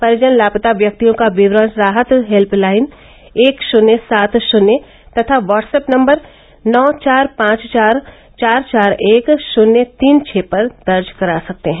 परिजन लापता व्यक्तियों का विवरण राहत हेल्प लाइन एक शून्य सात शून्य तथा वाट्स ऐप नम्बर नौ चार पांच चार चार एक शून्य तीन छ पर दर्ज करा सकते हैं